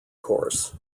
course